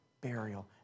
burial